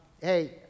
hey